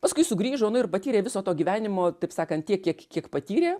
paskui sugrįžo nu ir patyrė viso to gyvenimo taip sakant tiek kiek kiek patyrė